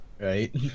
right